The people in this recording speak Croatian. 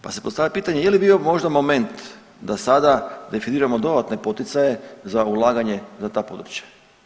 Pa se postavlja pitanje je li bio možda moment da sada definiramo dodatne poticaje za ulaganje za ta područja?